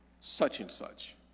such-and-such